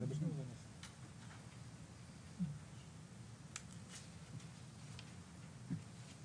שלום רב, אני רוצה להתייחס לנקודות המרכזיות.